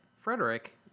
Frederick